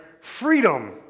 freedom